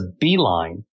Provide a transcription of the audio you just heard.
beeline